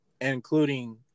including